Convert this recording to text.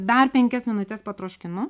dar penkias minutes patroškinu